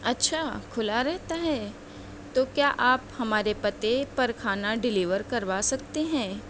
اچھا کھلا رہتا ہے تو کیا آپ ہمارے پتے پر کھانا ڈیلیور کروا سکتے ہیں